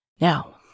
Now